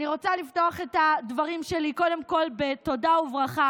אני רוצה לפתוח את הדברים שלי קודם כול בתודה וברכה